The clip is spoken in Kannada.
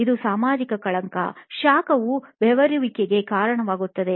ಇದು ಸಾಮಾಜಿಕ ಕಳಂಕ ಶಾಖವು ಬೆವರುವಿಕೆಗೆ ಕಾರಣವಾಗುತ್ತದೆ